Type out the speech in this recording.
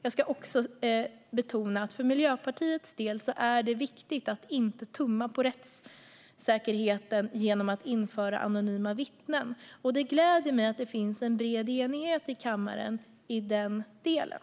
Jag ska också betona att det för Miljöpartiet är viktigt att inte tumma på rättssäkerheten genom att införa anonyma vittnen. Det gläder mig att det finns en bred enighet i kammaren i den delen.